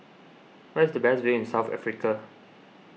where is the best view in South Africa